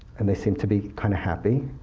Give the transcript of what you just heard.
and they seem to be kind of happy